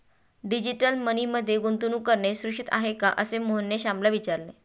digital money मध्ये गुंतवणूक करणे सुरक्षित आहे का, असे मोहनने श्यामला विचारले